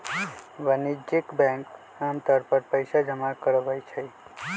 वाणिज्यिक बैंक आमतौर पर पइसा जमा करवई छई